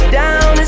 down